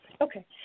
Okay